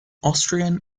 austrian